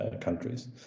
countries